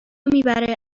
میبره